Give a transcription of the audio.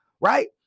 right